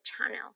channel